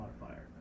modifier